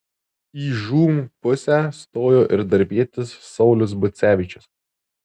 į žūm pusę stojo ir darbietis saulius bucevičius